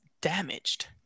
damaged